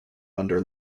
under